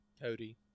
Cody